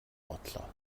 бодлоо